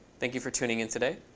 thank you for tuning in today.